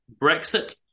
Brexit